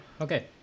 Okay